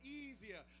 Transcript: easier